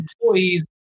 employees